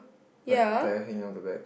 like a tire hanging on the back